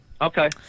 Okay